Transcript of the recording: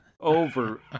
over